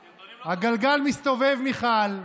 הסרטונים, הגלגל מסתובב, מיכל.